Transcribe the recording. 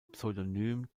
pseudonym